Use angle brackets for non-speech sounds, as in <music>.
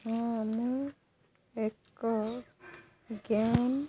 <unintelligible> ଏକ ଗେମ୍